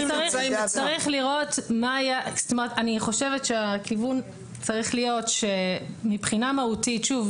אני חושבת שהכיוון צריך להיות שמבחינה מהותית שוב,